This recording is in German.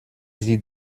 sie